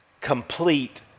complete